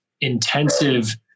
intensive